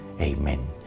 Amen